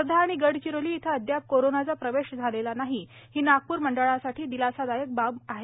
वर्धा आणि गडचिरोली इथं अदयाप कोरोनाचा प्रवेश झालेला नाही ही नागपूर मंडळासाठी दिलासादायक बाब आहे